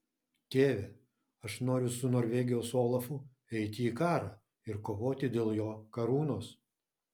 tėve aš noriu su norvegijos olafu eiti į karą ir kovoti dėl jo karūnos